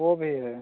वह भी है